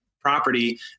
Property